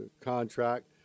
contract